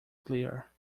clear